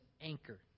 anchor